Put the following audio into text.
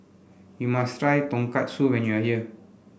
you must try Tonkatsu when you are here